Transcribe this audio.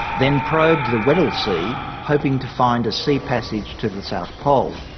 then probed the weddell sea hoping to find a sea passage to the south pole.